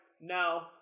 no